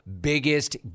biggest